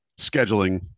scheduling